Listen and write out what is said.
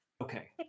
Okay